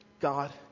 God